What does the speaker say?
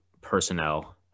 personnel